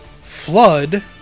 flood